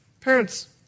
Parents